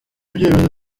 ibyemezo